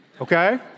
Okay